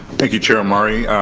thank you, chair omari.